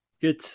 Good